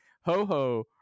Ho-Ho